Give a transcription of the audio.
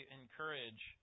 encourage